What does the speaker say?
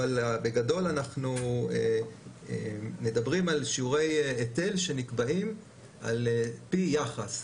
אבל בגדול אנחנו מדברים על שיעורי היטל שנקבעים על פי יחס,